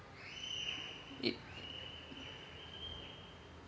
it